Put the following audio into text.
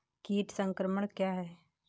कीट संक्रमण क्या है?